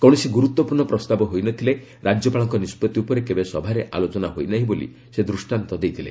କୌଣସି ଗୁରୁତ୍ୱପୂର୍ଣ୍ଣ ପ୍ରସ୍ତାବ ହୋଇନଥିଲେ ରାଜ୍ୟପାଳଙ୍କ ନିଷ୍ପଭି ଉପରେ କେବେ ସଭାରେ ଆଲୋଚନା ହୋଇନାହିଁ ବୋଲି ସେ ଦୃଷ୍ଟାନ୍ତମାନ ଦେଇଥିଲେ